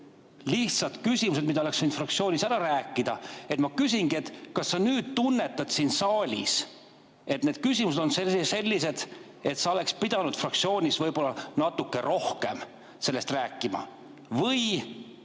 lihtsad küsimused, mida oleks võinud fraktsioonis ära rääkida. Ma küsingi: kas sa nüüd tunnetad siin saalis, et need küsimused on sellised, et sa oleksid pidanud fraktsioonis võib-olla natuke rohkem sellest rääkima, või